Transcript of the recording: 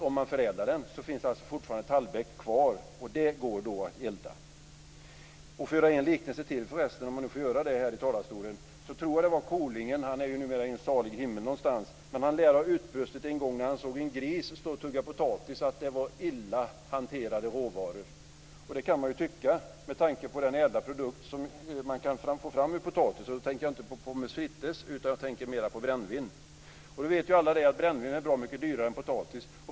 Om den förädlas finns det fortfarande tallbeck kvar, och det går då att elda med. För att göra ytterligare en liknelse tror jag att det var Kolingen - han är numera i en salig himmel någonstans - som en gång, när han såg en gris som stod och tuggade potatis, utbrast: Det var illa hanterade råvaror. Och det kan man ju tycka med tanke på den ädla produkt som man kan få fram ur potatis, och då tänker jag inte på pommes frites, utan jag tänker mera på brännvin. Vi vet ju alla att brännvin är bra mycket dyrare än potatis.